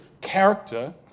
character